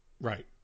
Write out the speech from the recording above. Right